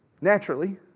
Naturally